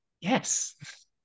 yes